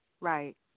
right